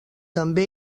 també